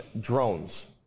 drones